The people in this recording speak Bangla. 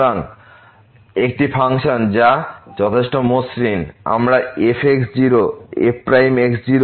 সুতরাং একটি ফাংশন যা যথেষ্ট মসৃণ আমরা f f হিসাবে লিখতে পারি